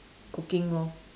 cooking lor